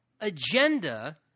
agenda